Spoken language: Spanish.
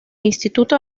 instituto